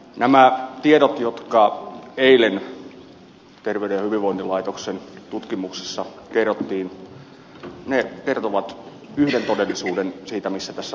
nämä tiedot jotka eilen terveyden ja hyvinvoinnin laitoksen tutkimuksessa kerrottiin kertovat yhden todellisuuden siitä missä tässä maassa mennään